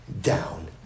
down